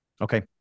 Okay